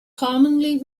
commonly